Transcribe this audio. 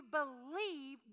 believe